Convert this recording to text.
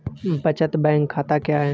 बचत बैंक खाता क्या है?